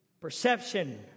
Perception